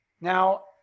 Now